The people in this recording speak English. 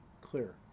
clear